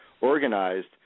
organized